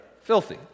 filthy